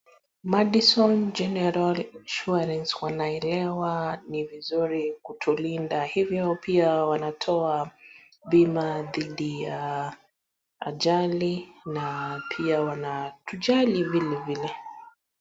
Madison General Insurance wanaelewa ni vizuri kutulinda, hivyo pia wanatoa bima dhidi ya ajali na pia wanatujali vile vile.